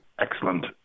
Excellent